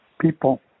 people